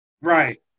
Right